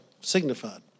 signified